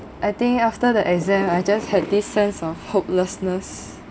I think after the exam I just had this sense of hopelessness